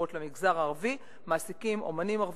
ישירות למגזר הערבי מעסיקים אמנים ערבים,